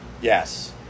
Yes